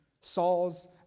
Saul's